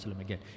again